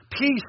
Peace